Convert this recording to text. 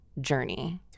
journey